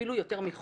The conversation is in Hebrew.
אפילו יותר מחודש,